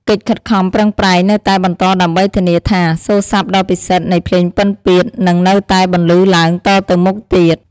កិច្ចខិតខំប្រឹងប្រែងនៅតែបន្តដើម្បីធានាថា សូរ្យស័ព្ទដ៏ពិសិដ្ឋនៃភ្លេងពិណពាទ្យនឹងនៅតែបន្លឺឡើងតទៅមុខទៀត។